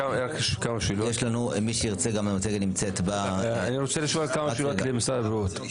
אני רוצה לשאול כמה שאלות את משרד הבריאות.